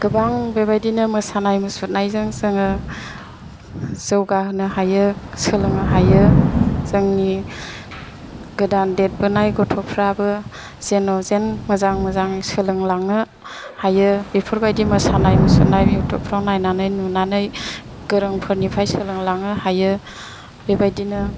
गोबां बेबायदिनो मोसानाय मुसुनायजों जोङो जौगाहोनो हायो सोलोंनो हायो जोंनि गोदान देरबोनाय गथ'फ्राबो जेन' जेन मोजां मोजां सोलोंलांनो हायो बेफोरबादि मोसानाय मुसुनाय इउटुबफ्राव नायनानै नुनानै गोरोंफोरनिफ्राइ सोलों लांनो हायो बे बायदिनो